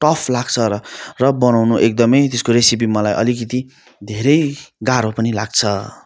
tough लाग्छ र र बनाउनु एकदमै त्यसको रेसिपी मलाई अलिकिति धेरै गाह्रो पनि लाग्छ